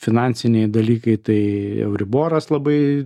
finansiniai dalykai tai euriboras labai